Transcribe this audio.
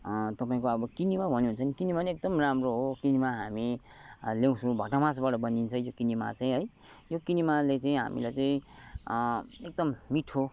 तपाईँको अब किनेमा भन्यो भने चाहिँ किनेमा पनि एकदम राम्रो हो किनेमा हामी ल्याउँछौँ भटमासबाट बनिन्छ यो किनेमा चाहिँ है यो किनेमाले चाहिँ हामीलाई चाहिँ एकदम मिठो